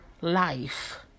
life